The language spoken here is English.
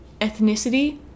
ethnicity